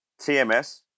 TMS